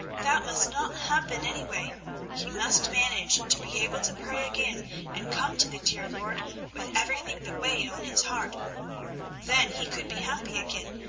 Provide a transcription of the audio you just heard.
that must not happen anyway he must manage to be able to pray again and come to the dear lord with everything that weighed on his heart then he could be happy again,